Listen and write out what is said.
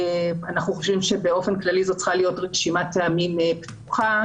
אנחנו חושבים שזו צריכה להיות רשימת טעמים פתוחה.